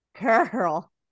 Girl